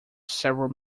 several